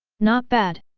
not bad!